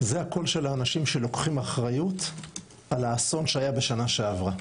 זה הקול של האנשים שלוקחים אחריות על האסון שהיה בשנה שעברה.